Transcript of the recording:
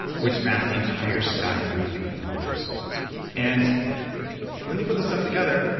which maps the entire sky every three hours and when they put this stuff together,